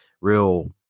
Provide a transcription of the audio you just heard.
real